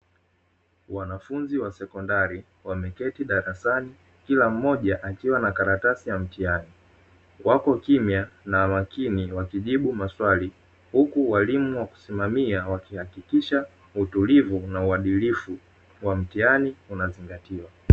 Wanafunzi wa sekondari wameketi darasani kila mmoja akiwa na karatasi la mtihani. Wapo kimya na makini wakijibu maswali huku walimu wa kusimamia wakihakikisha utulivu na uadilifu wa mtihani unazingatiwa.